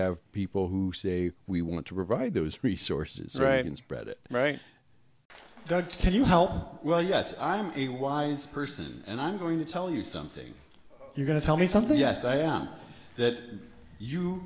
have people who say we want to provide those resources right and spread it right dr you help well yes i'm a person and i'm going to tell you something you're going to tell me something yes i am that you